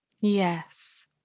yes